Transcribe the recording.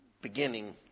beginning